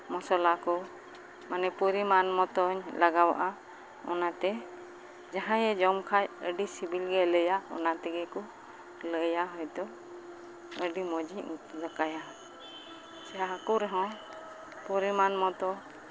ᱢᱚᱥᱞᱟ ᱠᱚ ᱢᱟᱱᱮ ᱯᱚᱨᱤᱢᱟᱱ ᱢᱚᱛᱚᱧ ᱞᱟᱜᱟᱣᱟᱜᱼᱟ ᱚᱱᱟᱛᱮ ᱡᱟᱦᱟᱸᱭᱮ ᱡᱚᱢ ᱠᱷᱟᱱ ᱟᱹᱰᱤ ᱥᱤᱵᱤᱞ ᱜᱮᱭ ᱞᱟᱹᱭᱟ ᱚᱱᱟ ᱛᱮᱜᱮ ᱠᱚ ᱞᱟᱹᱭᱟ ᱦᱳᱭᱛᱳ ᱟᱹᱰᱤ ᱢᱚᱡᱽ ᱤᱧ ᱩᱛᱩ ᱫᱟᱠᱟᱭᱟ ᱥᱮ ᱦᱟᱹᱠᱩ ᱨᱮᱦᱚᱸ ᱯᱚᱨᱤᱢᱟᱱ ᱢᱚᱛᱚ